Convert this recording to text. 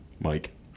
Mike